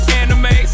anime